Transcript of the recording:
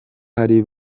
hari